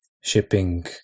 shipping